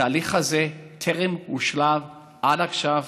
התהליך הזה טרם הושלם עד עכשיו.